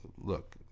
Look